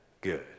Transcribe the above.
good